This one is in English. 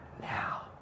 now